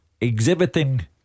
exhibiting